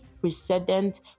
precedent